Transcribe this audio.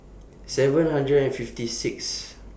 seven hundred and fifty Sixth